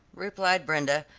replied brenda,